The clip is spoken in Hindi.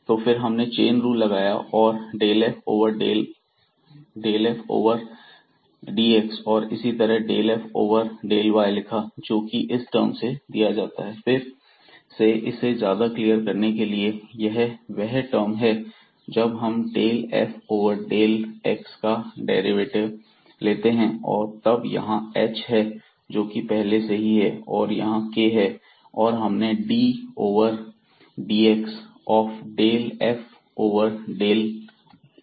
तो फिर हमने चेन रूल लगाया और del f ओवर dx और इसी तरह del f over del y लिखा जोकि इस टर्म से दिया जाता है फिर से इसे ज्यादा क्लियर करने के लिए यह वह टर्म है जब हम del f over del x का डेरिवेटिव लेते हैं और तब यहां h है जो कि पहले से ही है और यहां k है और हमने d over dx of del f over del या